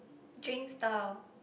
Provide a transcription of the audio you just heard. drink stall